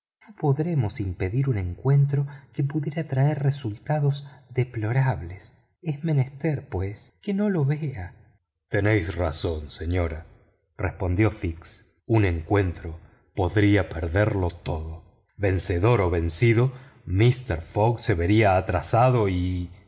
podremos impedir un encuentro que pudiera traer resultados depior ables es menester pues que no lo vea tenéis razón señora respondió fix un encuentro podría perderlo todo vencedor o vencido mister fogg se vería atrasado y